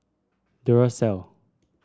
duracell